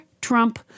Trump